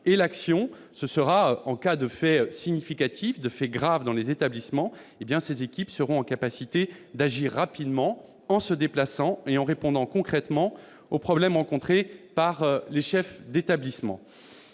L'action interviendra en cas de faits significatifs, graves, dans les établissements. Ces équipes seront en mesure d'agir rapidement, en se déplaçant et en répondant concrètement aux problèmes rencontrés par les chefs d'établissement.